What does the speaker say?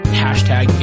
hashtag